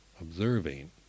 observing